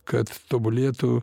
kad tobulėtų